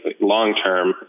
long-term